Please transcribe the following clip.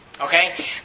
Okay